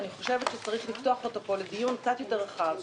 אני חושבת שצריך לפתוח אותו פה לדיון קצת יותר רחב.